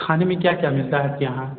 खाने में क्या क्या मिलता है आपके यहाँ